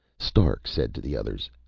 stark said to the others,